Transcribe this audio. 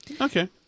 Okay